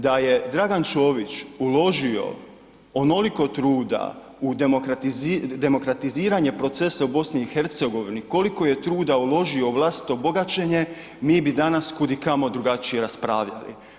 Da je Dragan Čović uložio onoliko truda u demokratiziranje procesa u BiH koliko je truda uložio u vlastito bogaćenje mi bi danas kudikamo drugačije raspravljali.